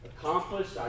Accomplished